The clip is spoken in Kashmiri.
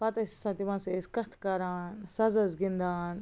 پتہٕ ٲسۍ آسان تِمن سۭتۍ ٲسۍ کَتھٕ کَران سَزس گِنٛدان